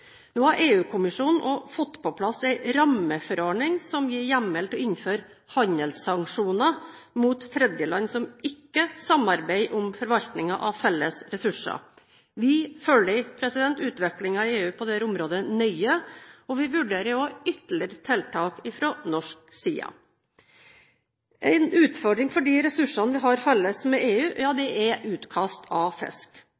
Nå har EU-kommisjonen også fått på plass en rammeforordning som gir hjemmel til å innføre handelssanksjoner mot tredjeland som ikke samarbeider om forvaltningen av felles ressurser. Vi følger utviklingen i EU på dette området nøye, og vi vurderer også ytterligere tiltak fra norsk side. En utfordring for de ressursene vi har felles med EU,